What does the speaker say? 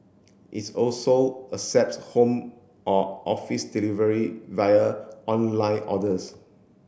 is also accepts home or office delivery via online orders